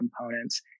components